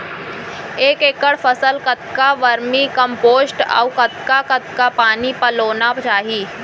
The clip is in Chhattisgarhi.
एक एकड़ फसल कतका वर्मीकम्पोस्ट अऊ कतका कतका पानी पलोना चाही?